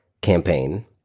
campaign